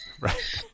right